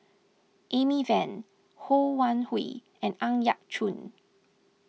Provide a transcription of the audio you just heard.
Amy Van Ho Wan Hui and Ang Yau Choon